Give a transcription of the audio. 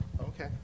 Okay